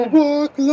walk